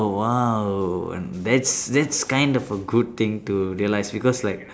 oh !wow! and that's that's kind of a good thing to realise because like